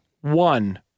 One